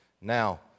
Now